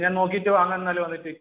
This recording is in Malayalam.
ഞാൻ നോക്കിയിട്ട് വാങ്ങാം എന്നാൽ വന്നിട്ട്